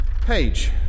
Page